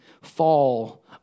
fall